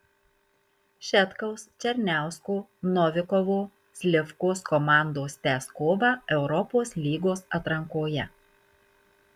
šetkaus černiausko novikovo slivkos komandos tęs kovą europos lygos atrankoje